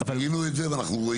זיהינו את זה ואנחנו רואים.